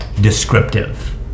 descriptive